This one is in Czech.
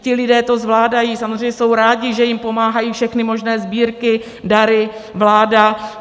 Ti lidé to zvládají, samozřejmě jsou rádi, že jim pomáhají všechny možné sbírky, dary, vláda.